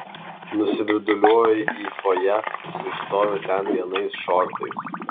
nusvirduliuoju į fojė ir stoviu ten vienais šortais